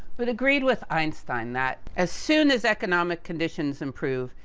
but agreed with einstein, that, as soon as economic conditions improve,